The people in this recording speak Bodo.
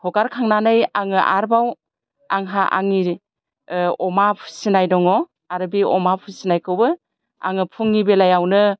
हगारखांनानै आङो आरबाव आंहा आंनि अमा फिसिनाय दङ आरो बि अमा फिसिनायखौबो आङो फुंनि बेलायावनो